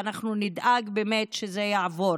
ואנחנו נדאג שזה באמת יעבור.